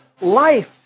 life